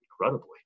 incredibly